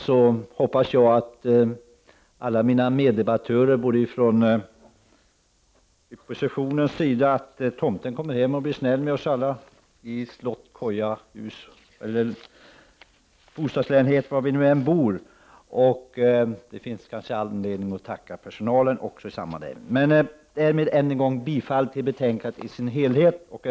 Nu hoppas jag att mina meddebattörer, även från oppositionen, skall få besök av tomten. Jag hoppas också att tomten kommer att vara snäll mot oss alla — oberoende av om vi bor i slott, koja, hus, bostadsrättslägenhet eller vad det nu kan vara. De finns också anledning att rikta ett tack till personalen. Jag yrkar bifall till utskottets hemställan i betänkandet.